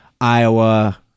Iowa